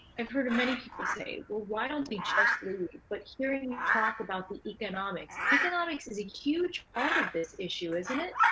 i've heard many people say, well, why don't they just leave? but hearing you talk about the economics, economics is a huge part of this issue, isn't it?